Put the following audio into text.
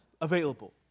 available